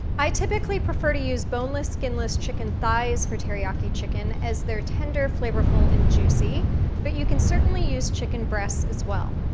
i typically prefer to use boneless skinless chicken thighs for teriyaki chicken as they're tender, flavorful and juicy but you can certainly use chicken breast as well.